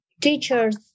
teachers